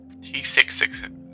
T66